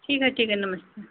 ठीक है ठीक है नमस्ते